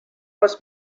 was